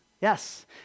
Yes